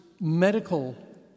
medical